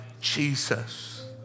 Jesus